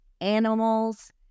animals